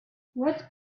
what